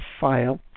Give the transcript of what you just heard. file